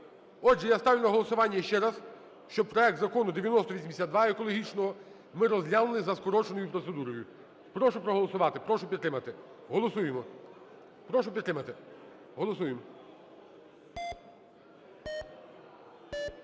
Отже, я ставлю на голосування ще раз, щоб проект Закону 9082, екологічного, ми розглянули за скороченою процедурою. Прошу проголосувати. Прошу підтримати. Голосуємо. Прошу підтримати. Голосуємо.